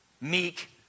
meek